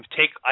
take –